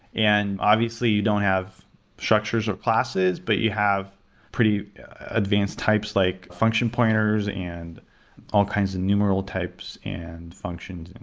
and obviously, you don't have structures or classes, but you have pretty advanced types like function pointers, and all kinds of numeral types, and functions, and